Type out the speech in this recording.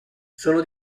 sono